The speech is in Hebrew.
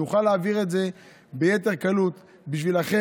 ונוכל להעביר את זה ביתר קלות בשבילכם,